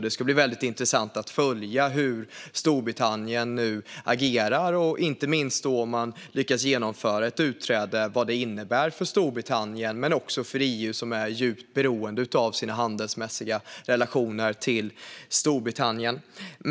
Det ska bli väldigt intressant att följa hur Storbritannien nu agerar, inte minst om man lyckas genomföra ett utträde, och vad det innebär för Storbritannien och EU, som är djupt beroende av sina handelsmässiga relationer till Storbritannien.